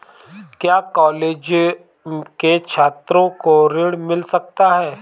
क्या कॉलेज के छात्रो को ऋण मिल सकता है?